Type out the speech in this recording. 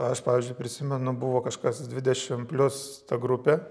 aš pavyzdžiui prisimenu buvo kažkas dvidešim plius ta grupė